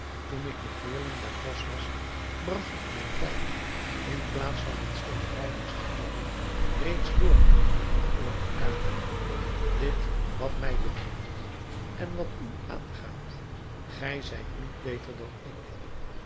toen ik nog leerling bij gros was bracht ik mijn tijd in plaats van met schilderijtjes te kladden reeds door met appelen te kapen dit wat mij betreft en wat u aangaat gij zijt niet beter dan ik